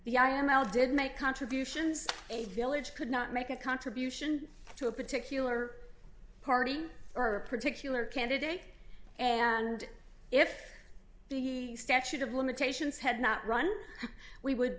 the i am male did make contributions a village could not make a contribution to a particular party or a particular candidate and if the statute of limitations had not run we would